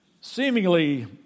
seemingly